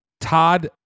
Todd